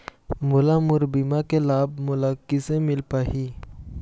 मोला मोर बीमा के लाभ मोला किसे मिल पाही?